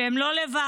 שהם לא לבד,